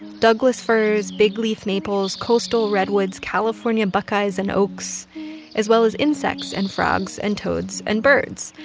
douglas firs, bigleaf maples, coastal redwoods, california buckeyes and oaks as well as insects and frogs and toads and birds,